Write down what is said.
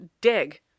dig